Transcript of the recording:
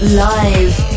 live